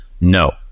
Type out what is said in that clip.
No